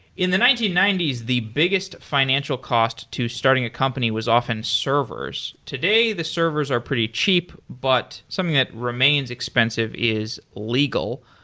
in the nineteen ninety s, the biggest financial cost to starting a company was often servers. today, the servers are pretty cheap, but something that remains expensive is legal.